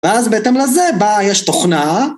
ואז בהתאם לזה בא, יש תוכנה...